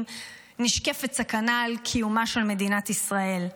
נשקפת סכנה לקיומה של מדינת ישראל.